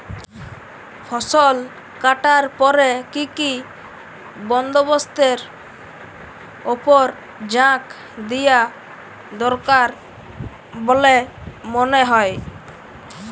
ফসলকাটার পরে কি কি বন্দবস্তের উপর জাঁক দিয়া দরকার বল্যে মনে হয়?